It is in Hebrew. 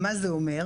מה זה אומר?